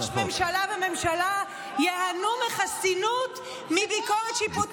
ראש ממשלה וממשלה ייהנו מחסינות מביקורת שיפוטית.